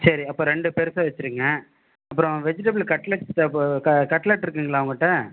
சரி அப்போது ரெண்டு பேருக்கு வைச்சுருங்க அப்புறம் வெஜிடபுள் கட்லட் தேவைப்பட க கட்லட் இருக்குதுங்களா உங்கள்கிட்ட